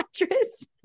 mattress